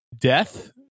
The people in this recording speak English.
death